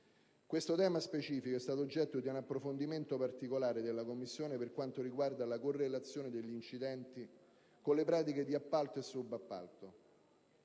Questo tema specifico è stato oggetto di un approfondimento particolare della Commissione per quanto riguarda la correlazione degli incidenti con le pratiche di appalto e subappalto.